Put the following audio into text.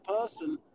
person